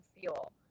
fuel